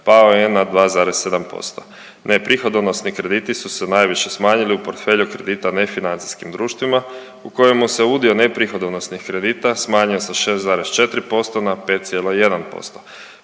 pao je na 2,7%. Neprihodonosni krediti su se najviše smanjili u portfelju kredita nefinancijskim društvima u kojemu se udio neprihodonosnih kredita smanjio sa 6,4% na 5,1%.